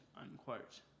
unquote